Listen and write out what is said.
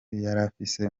yarafise